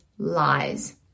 lies